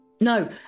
No